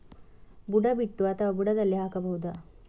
ಬುಡ ಬಿಟ್ಟು ಅಥವಾ ಬುಡದಲ್ಲಿ ಹಾಕಬಹುದಾ?